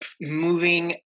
moving